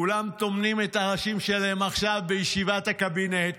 כולם טומנים את הראשים שלהם עכשיו בישיבת הקבינט,